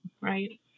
right